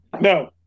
no